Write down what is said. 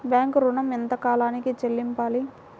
Bank ఋణం ఎంత కాలానికి చెల్లింపాలి?